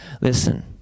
Listen